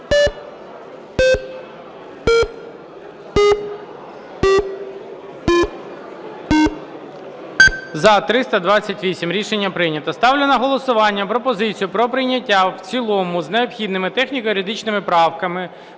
За-328 Рішення прийнято. Ставлю на голосування пропозицію про прийняття в цілому з необхідними техніко-юридичними правками